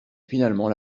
finalement